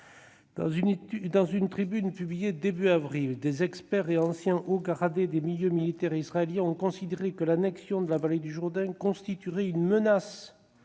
Dans une tribune publiée au début du mois d'avril, des experts et anciens hauts gradés des milieux militaires israéliens ont considéré que l'annexion de la vallée du Jourdain constituerait une menace